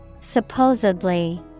Supposedly